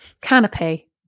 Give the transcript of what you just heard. canopy